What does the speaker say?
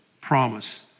promise